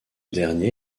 dernier